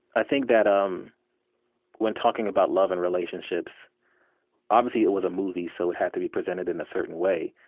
i think that um when talking about love and relationships obviously, it was a movie, so it had to be presented in a certain way.